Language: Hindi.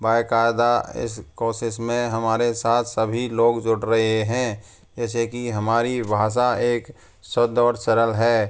बाकायदा इस कोशिश में हमारे साथ सभी लोग जुड़ रहे हैं जैसे कि हमारी भाषा एक शुद्ध और सरल है